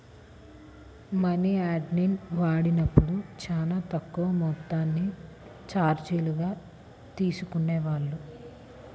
మనియార్డర్ని వాడినప్పుడు చానా తక్కువ మొత్తాన్ని చార్జీలుగా తీసుకునేవాళ్ళు